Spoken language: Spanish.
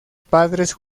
padres